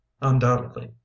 undoubtedly